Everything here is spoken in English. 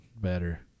better